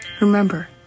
Remember